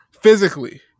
physically